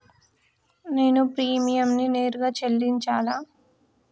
నేను ప్రీమియంని నేరుగా చెల్లించాలా?